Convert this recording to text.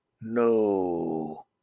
No